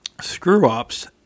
screw-ups